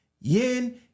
Yin